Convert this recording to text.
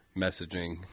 messaging